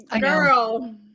Girl